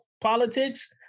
politics